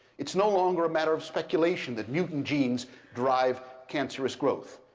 it's no longer a matter of speculation that mutant genes drive cancerous growth.